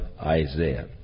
Isaiah